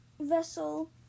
vessel